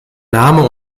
name